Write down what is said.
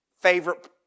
favorite